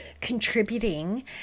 contributing